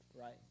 right